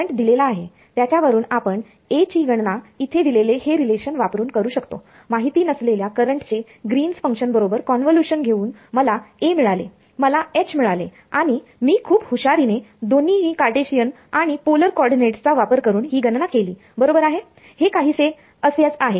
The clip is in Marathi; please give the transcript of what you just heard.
करंट दिलेला आहे त्याच्यावरून आपण ची गणना इथे दिलेले हे रिलेशन वापरून करू शकतो माहिती नसलेल्या करंट चे ग्रीन्स फंक्शनGreen's function बरोबर कॉन्वोलुशन घेऊन मला मिळाले मला मिळाले आणि मी खूप हुशारीने दोन्ही ही कार्टेशियन आणि पोलर कॉर्डीनेट्स चा वापर करून ही गणना केली बरोबर आहे हे असेच काहीसे आहे